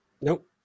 Nope